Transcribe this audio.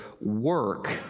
work